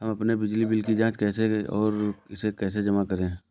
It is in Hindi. हम अपने बिजली बिल की जाँच कैसे और इसे कैसे जमा करें?